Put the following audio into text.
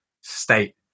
state